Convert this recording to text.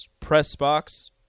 Pressbox